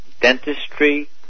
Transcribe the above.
Dentistry